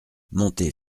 montée